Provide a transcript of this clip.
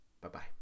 Bye-bye